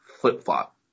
flip-flop